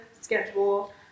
schedule